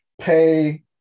pay